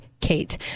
Kate